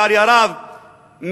לצערי הרב,